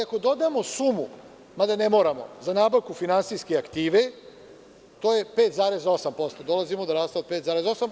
Ako dodamosumu, mada ne moramo, za nabavku finansijske aktive, to je 5,8%, dolazimo do rashoda od 5,8%